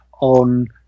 on